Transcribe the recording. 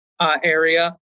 area